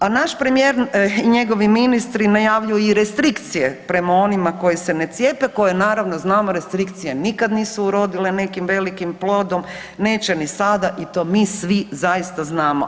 A naš premijer i njegovi ministri najavljuju i restrikcije prema onima koji se ne cijepe, koje naravno znamo restrikcije nikad nisu urodile nekim velikim plodom, neće ni sada i to mi svi zaista znamo.